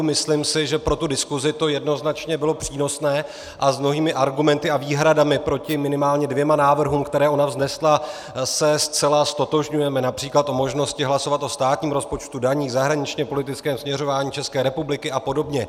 Myslím si, že pro tu diskusi to jednoznačně bylo přínosné, a s mnohými argumenty a výhradami proti minimálně dvěma návrhům, které ona vznesla, se zcela ztotožňujeme, například o možnosti hlasovat o státním rozpočtu, daních, zahraničněpolitickém směřování České republiky a podobně.